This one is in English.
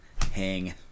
hang